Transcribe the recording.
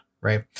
right